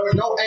no